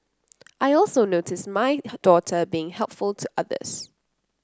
I also notice my daughter being helpful to others